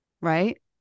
right